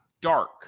dark